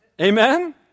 amen